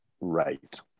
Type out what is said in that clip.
right